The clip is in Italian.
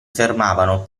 fermavano